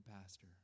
Pastor